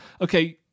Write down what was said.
okay –